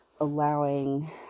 allowing